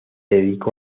dedicó